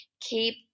keep